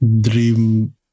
dream